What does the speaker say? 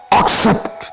accept